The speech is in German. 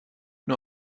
nur